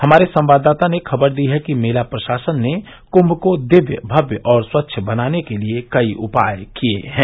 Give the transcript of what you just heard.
हमारे संवाददाता ने खबर दो है कि मेला प्रशासन ने कुंग को दिव्य भव्य और स्वच्छ बनाने के लिए कई उपाय किये हैं